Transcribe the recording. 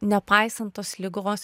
nepaisant tos ligos